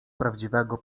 prawdziwego